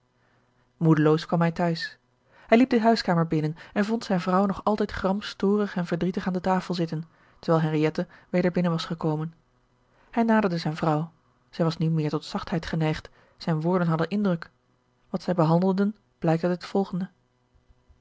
moedeloos kwam hij te huis hij liep de huiskamer binnen en vond zijne vrouw nog altijd gramstorig en verdrietig aan de tafel zitten terwijl henriëtte weder binnen was gekomen hij naderde zijne vrouw zij was nu meer tot zachtheid geneigd zijne woorden hadden indruk wat zij behandelden blijkt uit het volgende